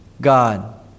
God